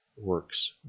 works